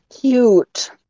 Cute